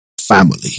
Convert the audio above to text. Family